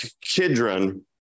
Kidron